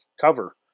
cover